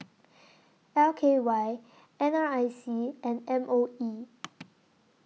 L K Y N R I C and M O E